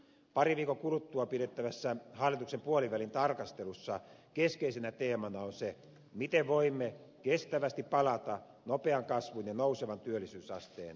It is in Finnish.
parin viikon kuluttua pidettävässä hallituksen puolivälin tarkastelussa keskeisenä teemana on se miten voimme kestävästi palata nopean kasvun ja nousevan työllisyysasteen kehitysuralle